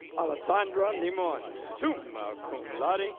alessandra limon, summa cum laude,